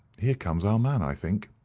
here comes our man, i think.